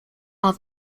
are